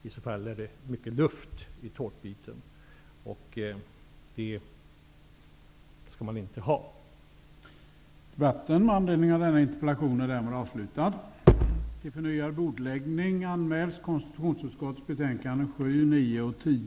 I så fall skulle det vara mycket luft i tårtbiten, och det skall man inte ha.